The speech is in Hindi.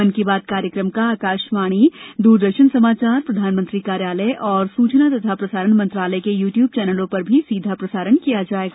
मन की बात कार्यक्रम का आकाशवाणी दूरदर्शन समाचार प्रधानमंत्री कार्यालय और सूचना तथा प्रसारण मंत्रालय के यू ट्यूब चौनलों पर भी सीधा प्रसारण किया जाएगा